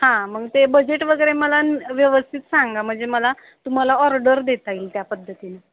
हां मंग ते बजेट वगैरे मला न व्यवस्थित सांगा म्हणजे मला तुम्हाला ऑर्डर देता येईल त्या पद्धतीने